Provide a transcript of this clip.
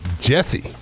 Jesse